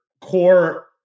core